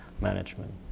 management